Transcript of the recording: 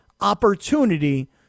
opportunity